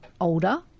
older